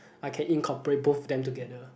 I can incorporate both of them together